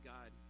God